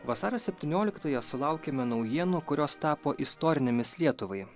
vasario septynioliktąją sulaukėme naujienų kurios tapo istorinėmis lietuvai